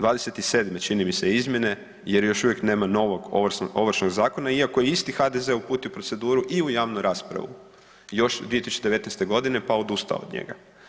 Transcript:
27. čini mi se, izmjene, jer još uvijek nema novog Ovršnog zakona iako je isti HDZ uputio u proceduru i u javnu raspravu još 2019. g. pa odustao od njega.